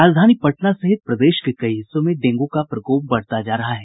राजधानी पटना सहित प्रदेश के कई हिस्सों में डेंगू का प्रकोप बढ़ता जा रहा है